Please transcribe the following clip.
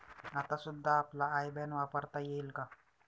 आता सुद्धा आपला आय बॅन वापरता येईल का?